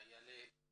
חיילי